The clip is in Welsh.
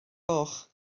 goch